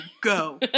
go